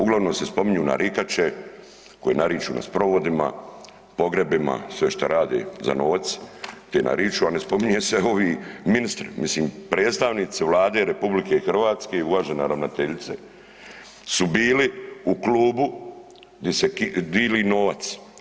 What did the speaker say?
Uglavnom se spominju narikače koje nariču na sprovodima, pogrebima sve što rade za novac te nariču, a ne spominju se ovi ministri, mislim predstavnici Vlade RH uvažena ravnateljice su bili u klubu di se dili novac.